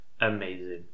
amazing